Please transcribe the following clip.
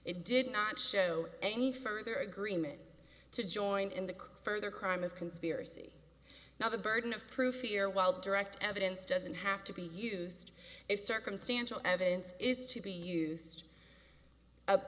it did not show any further agreement to join in the further crime of conspiracy now the burden of proof ear while direct evidence doesn't have to be used if circumstantial evidence is to be used